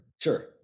sure